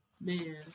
man